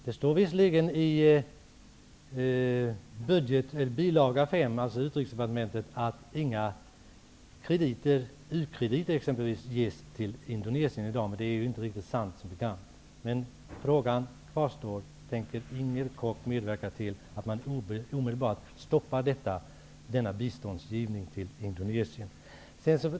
Det står visserligen i budgetpropositionens bilaga 5, som handlar om Utrikesdepartementet, att inga krediter ges till Indonesien i dag, men det är som bekant inte riktigt sant. Frågan kvarstår: Tänker Inger Koch medverka till att man omedelbart stoppar biståndsgivningen till Indonesien?